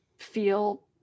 feel